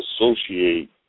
associate